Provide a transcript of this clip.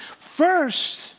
first